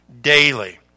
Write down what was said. daily